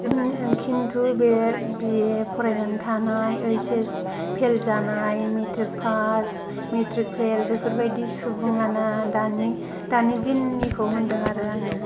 खिन्थु बे B A फरायना थानाय एच एस फेल जानाय मेट्रिक पास मेट्रिक फेल बेफोरबायदि सुबुङानो दानि दानि दिननिखौ होन्दों आरो आङो